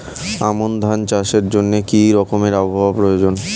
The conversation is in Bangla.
আমন ধান চাষের জন্য কি রকম আবহাওয়া প্রয়োজন?